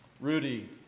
Rudy